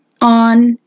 on